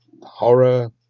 horror